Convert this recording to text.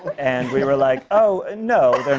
and we were like, oh, and no, they're